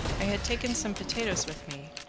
i had taken some potatoes with me,